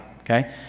okay